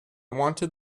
wanted